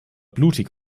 blutig